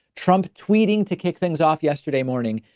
trump tweeting to kick things off yesterday morning.